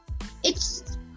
It's-